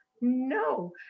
no